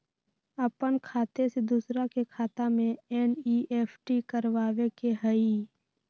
अपन खाते से दूसरा के खाता में एन.ई.एफ.टी करवावे के हई?